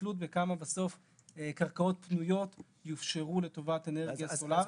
ובתלות בכמה קרקעות פנויות בסוף יופשרו לטובת אנרגיה סולארית.